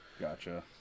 Gotcha